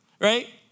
right